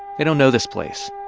they don't know this place.